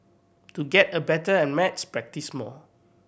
to get a better at maths practise more